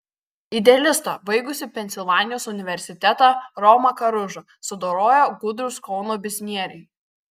idealistą baigusį pensilvanijos universitetą romą karužą sudorojo gudrūs kauno biznieriai